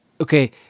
okay